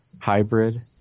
hybrid